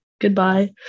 goodbye